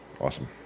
Awesome